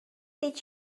did